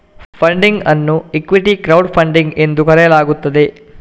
funding ಅನ್ನು equity crowd funding ಎಂದು ಕರೆಯಲಾಗುತ್ತದೆ